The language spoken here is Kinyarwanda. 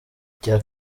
icya